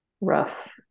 rough